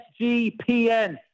SGPN